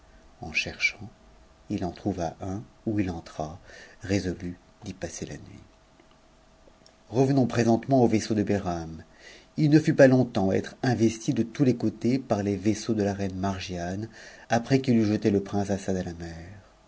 en cherchant il en trouva'un où il entra résolu d'y passer la nuit revenons présentement au vaisseau de behram il ne fut pas longtemps à être investi de tous les côtés par les vaisseaux de la reine margiane après qu'il eut jeté le prince assad à la mer